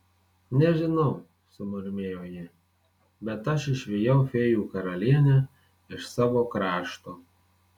nežinau sumurmėjo ji bet aš išvijau fėjų karalienę iš savo krašto